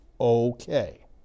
Okay